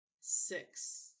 six